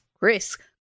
Risk